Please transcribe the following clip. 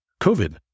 COVID